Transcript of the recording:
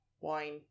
wine